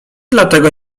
dlatego